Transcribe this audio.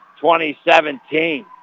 2017